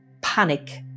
panic